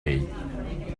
ell